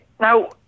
now